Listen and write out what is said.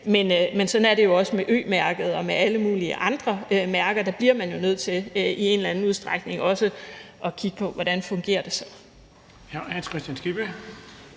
men sådan et det jo også med Ø-mærket og med alle mulige andre mærker. Der bliver man jo nødt til i en eller anden udstrækning også at kigge på, hvordan det så fungerer.